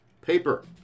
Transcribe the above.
paper